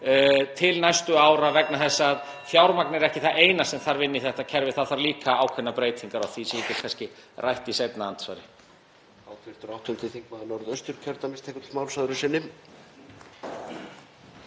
hringir.) vegna þess að fjármagn er ekki það eina sem þarf inn í þetta kerfi. Það þarf líka ákveðnar breytingar á því sem ég get kannski rætt í seinna andsvari.